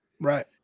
Right